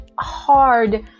hard